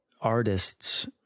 artists